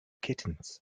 kittens